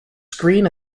screen